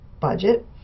budget